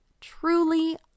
truly